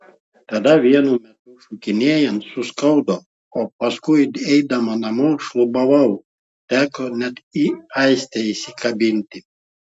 tada vienu metu šokinėjant suskaudo o paskui eidamas namo šlubavau teko net į aistę įsikabinti